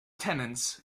tenants